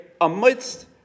amidst